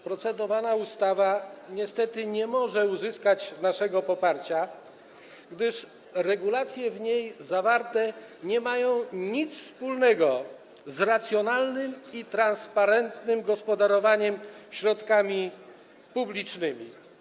Procedowana ustawa niestety nie może uzyskać naszego poparcia, gdyż regulacje w niej zawarte nie mają nic wspólnego z racjonalnym i transparentnym gospodarowaniem środkami publicznymi.